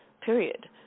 period